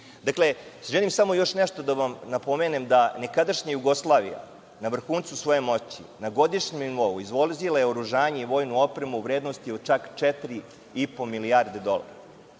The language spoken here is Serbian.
industriju. Želim samo još nešto da vam napomenem da nekadašnja Jugoslavija, na vrhuncu svoje moći, na godišnjem nivou izvozila je naoružanje i vojnu opremu u vrednosti od čak 4,5 milijarde dolara. Na